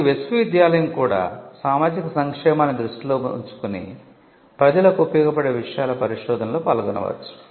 మరియు విశ్వవిద్యాలయం కూడా సామాజిక సంక్షేమాన్ని దృష్టిలో ఉంచుకుని ప్రజలకు ఉపయోగపడే విషయాల పరిశోధనలో పాల్గొనవచ్చు